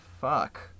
fuck